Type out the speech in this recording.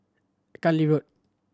Cluny Road